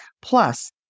Plus